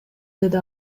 деди